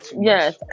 Yes